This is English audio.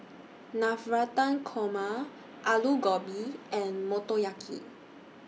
Navratan Korma Alu Gobi and Motoyaki